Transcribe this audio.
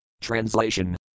Translation